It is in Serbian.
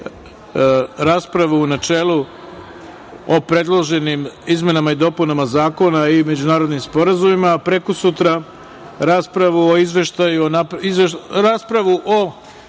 raspravu u načelu o predloženim izmenama i dopunama zakona i međunarodnim sporazumima, a prekosutra raspravu o predlozima